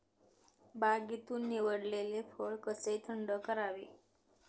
बागेतून निवडलेले फळ कसे थंड करावे?